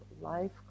life